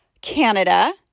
Canada